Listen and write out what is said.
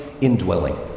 indwelling